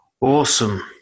Awesome